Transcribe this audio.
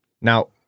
Now